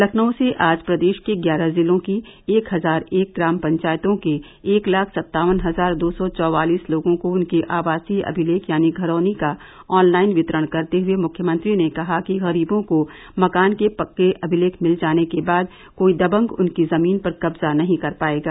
लखनऊ से आज प्रदेश के ग्यारह जिलों की एक हजार एक ग्राम पंचायतों के एक लाख सत्तावन हजार दो सौ चवालीस लोगों को उनके आवासीय अभिलेख यानी घरौनी का ऑनलाइन वितरण करते हुए मुख्यमंत्री ने कहा कि गरीबों को मकान के पक्के अभिलेख मिल जाने के बाद कोई दबंग उनकी जमीन पर कब्जा नहीं कर पाएगा